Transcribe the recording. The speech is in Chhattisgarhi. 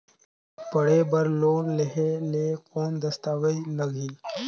पढ़े बर लोन लहे ले कौन दस्तावेज लगही?